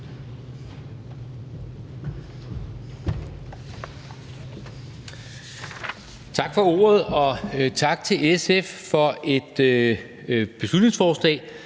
Tak for ordet. Og tak til SF for et beslutningsforslag,